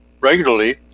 regularly